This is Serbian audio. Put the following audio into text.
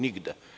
Nigde.